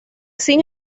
sin